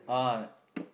ah